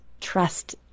trust